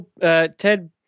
Ted